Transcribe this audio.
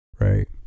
right